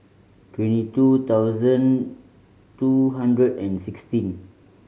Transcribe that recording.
twenty two thousand two hundred and sixteen